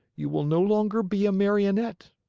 you will no longer be a marionette,